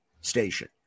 station